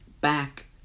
back